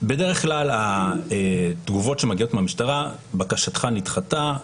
בדרך כלל התגובות שמגיעות מהמשטרה: בקשתך נדחתה,